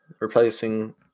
replacing